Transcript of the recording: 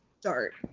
start